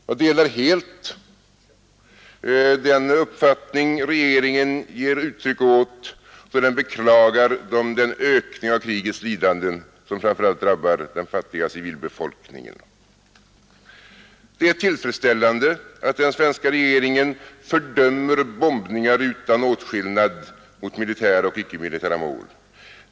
Jag delar också helt den uppfattning som regeringen ger uttryck för, när man skriver att regeringen beklagar ”en ytterligare ökning av krigets lidanden vilka framför allt drabbar en fattig civilbefolkning”. Det är tillfredsställande att den svenska regeringen fördömer bombningar utan åtskillnad mot militära och icke militära mål.